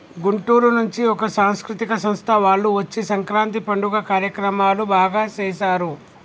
గుంటూరు నుంచి ఒక సాంస్కృతిక సంస్థ వాళ్ళు వచ్చి సంక్రాంతి పండుగ కార్యక్రమాలు బాగా సేశారు